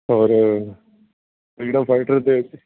ਔਰ freedom fighter ਦੇ